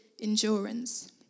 endurance